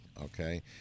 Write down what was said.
okay